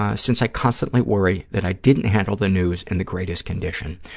ah since i constantly worry that i didn't handle the news in the greatest condition.